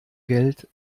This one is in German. geld